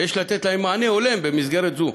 ויש לתת להם מענה הולם במסגרת זו.